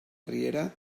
riera